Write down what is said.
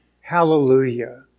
Hallelujah